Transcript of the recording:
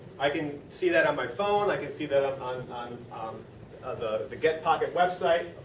i can see that on my phone, i can see that ah on on um the the getpocket website.